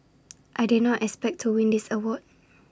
I did not expect to win this award